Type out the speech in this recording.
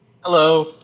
hello